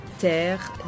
terre